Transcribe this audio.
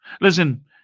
Listen